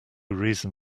reason